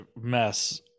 mess